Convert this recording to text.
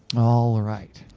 alright.